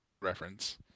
reference